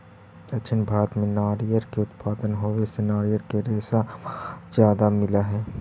दक्षिण भारत में नारियर के उत्पादन होवे से नारियर के रेशा वहाँ ज्यादा मिलऽ हई